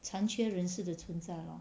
残缺人士的存在 lor